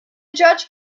judge